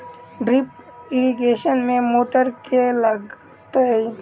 Drip irrigation मे motor केँ लागतै?